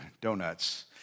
donuts